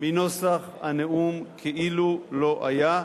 מנוסח הנאום כאילו לא היה,